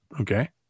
Okay